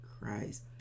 Christ